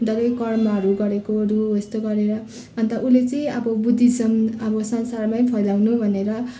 धेरै कर्महरू गरेकोहरू हो यस्तो गरेर अन्त उसले चाहिँ अब बुद्धिजम् अब संसारमै फैलाउनु भनेर